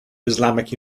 islamic